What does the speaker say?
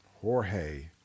Jorge